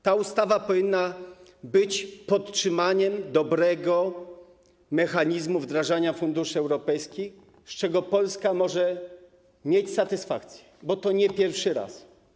Ta ustawa powinna być podtrzymaniem dobrego mechanizmu wdrażania funduszy europejskich, z czego Polska może mieć satysfakcję, bo to nie pierwszy raz.